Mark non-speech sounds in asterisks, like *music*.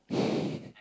*breath*